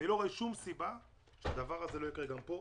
אני לא רואה כל סיבה שהדבר הזה לא יקרה גם כאן.